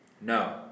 No